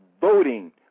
voting